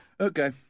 Okay